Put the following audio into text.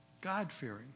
God-fearing